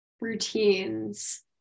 Routines